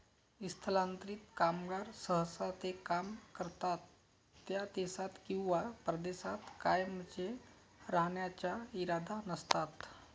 स्थलांतरित कामगार सहसा ते काम करतात त्या देशात किंवा प्रदेशात कायमचे राहण्याचा इरादा नसतात